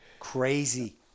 crazy